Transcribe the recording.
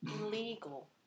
illegal